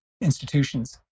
institutions